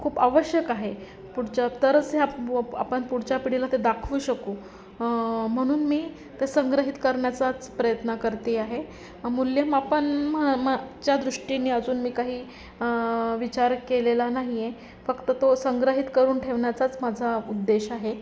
खूप आवश्यक आहे पुढच्या तरच हे आप् पु आपण पुढच्या पिढीला ते दाखवू शकू म्हणून मी ते संग्रहित करण्याचाच प्रयत्न करते आहे मूल्यमापन म् मा च्या दृष्टीने अजून मी काही विचार केलेला नाही आहे फक्त तो संग्रहित करून ठेवण्याचाच माझा उद्देश आहे